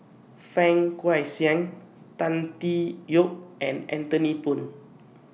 Fang Guixiang Tan Tee Yoke and Anthony Poon